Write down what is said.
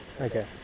Okay